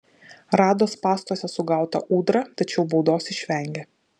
rado spąstuose sugautą ūdrą tačiau baudos išvengė